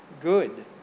good